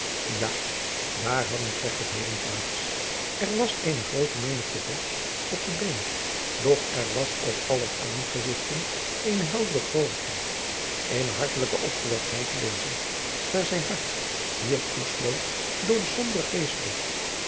ja daar hadden plegtigheden plaats er was eene groote menigte volks op de been doch er was op aller aangezigten eene heldere vrolijkheid eene hartelijke opgewektheid te lezen daar zijn hart hier toesloot door de sombere geestdrift